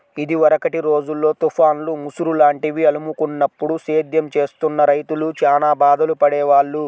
ఇదివరకటి రోజుల్లో తుఫాన్లు, ముసురు లాంటివి అలుముకున్నప్పుడు సేద్యం చేస్తున్న రైతులు చానా బాధలు పడేవాళ్ళు